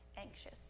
anxious